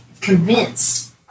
convinced